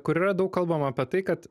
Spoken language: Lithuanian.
kur yra daug kalbama apie tai kad